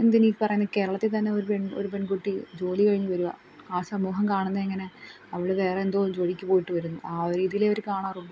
എന്തിനീ പറയുന്നു കേരളത്തിൽ തന്നെ ഒരു പെ ഒരു പെൺകുട്ടി ജോലി കഴിഞ്ഞ് വരുവാണ് ആ സമൂഹം കാണുന്നത് എങ്ങനെയാണ് അവൾ വേറെ എന്തോ ജോലിക്ക് പോയിട്ട് വരുന്നു ആ ഒരു രീതിയിലേ അവർ കാണാറുള്ളൂ